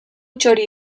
txori